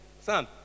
son